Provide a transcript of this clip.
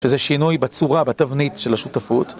וזה שינוי בצורה, בתבנית של השותפות.